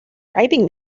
bribing